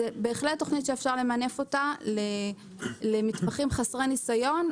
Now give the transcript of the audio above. זו בהחלט תוכנית שאפשר למנף אותה למתמחים חסרי ניסיון,